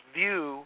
view